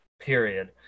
period